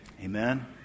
Amen